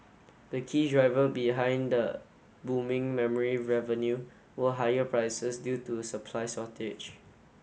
the key driver behind the booming memory revenue were higher prices due to supply shortage